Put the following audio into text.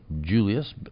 Julius